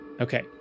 Okay